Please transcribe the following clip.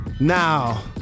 Now